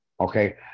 Okay